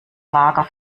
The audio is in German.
lager